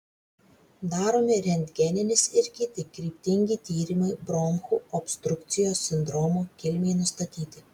daromi rentgeninis ir kiti kryptingi tyrimai bronchų obstrukcijos sindromo kilmei nustatyti